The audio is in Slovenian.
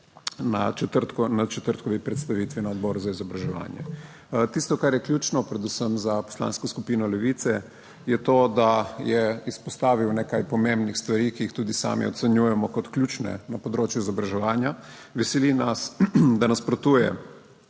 na četrtkovi predstavitvi na Odboru za izobraževanje. Tisto, kar je ključno predvsem za Poslansko skupino Levice je to, da je izpostavil nekaj pomembnih stvari, ki jih tudi sami ocenjujemo kot ključne na področju izobraževanja. Veseli nas, da nasprotuje